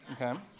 Okay